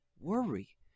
worry